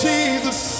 Jesus